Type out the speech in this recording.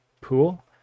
pool